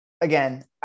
Again